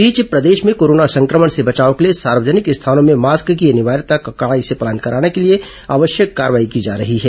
इस बीच प्रदेश में कोरोना संक्रमण से बचाव के लिए सार्वजनिक स्थानों में मास्क की अनिवार्यता का कड़ाई से पालन कराने के लिए आवश्यक कार्रवाई की जा रही है